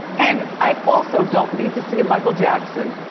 and i also don't need to see a michael jackson.